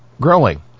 growing